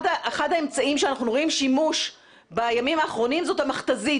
אחד האמצעים שאנחנו רואים שימוש בימים האחרונים זאת המכת"זית